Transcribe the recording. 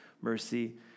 mercy